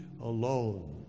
alone